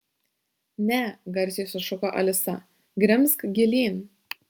ne garsiai sušuko alisa grimzk gilyn